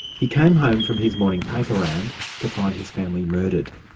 he came home from his morning paper round to find his family murdered.